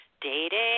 dating